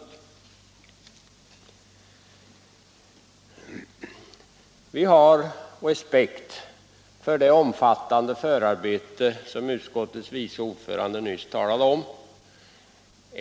Vi har respekt för det omfattande förarbete som utskottets vice ordförande nyss talade om.